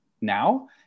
now